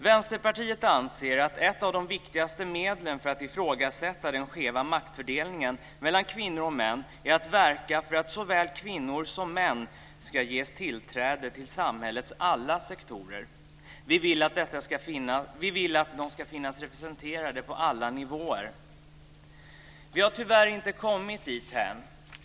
Vänsterpartiet anser att ett av de viktigaste medlen för att ifrågasätta den skeva maktfördelningen mellan kvinnor och män är att verka för att såväl kvinnor som män ska ges tillträde till samhällets alla sektorer. Vi vill att de ska finnas representerade på alla nivåer. Vi har tyvärr inte kommit dithän.